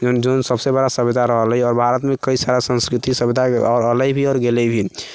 जौन सभसँ बड़ा सभ्यता रहलै आओर भारतमे कई सारा सभ्यता आओर संस्कृति अयलै भी आओर गेलै भी